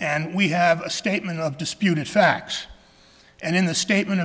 and we have a statement of disputed facts and in the statement